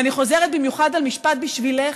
ואני חוזרת במיוחד על משפט בשבילך: